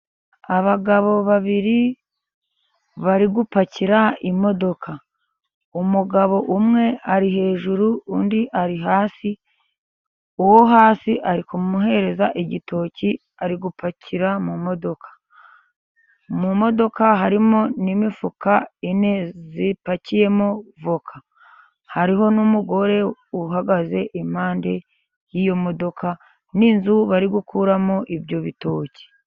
Abagabo babiri bari gupakira imodoka. Umugabo umwe ari hejuru undi ari hasi. Uwo hasi ari kumuhereza igitoki ari gupakira mu modoka. Mu modoka harimo n'imifuka ine ipakiyemo avoka, hariho n'umugore uhagaze impande y'iyo modoka n'inzu bari gukuramo ibyo bitoki.